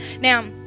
now